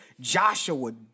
Joshua